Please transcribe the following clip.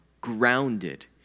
grounded